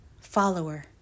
follower